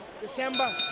December